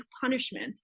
punishment